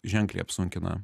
ženkliai apsunkina